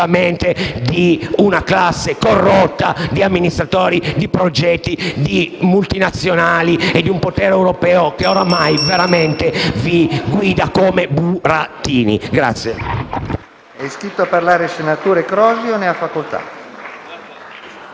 di una classe corrotta, di amministratori, di progetti, di multinazionali e di un potere europeo che ormai vi guida come burattini.